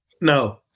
No